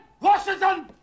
Washington